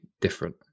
different